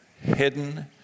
Hidden